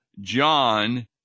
John